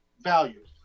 values